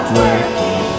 working